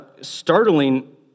startling